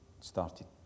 started